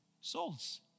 Souls